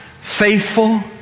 faithful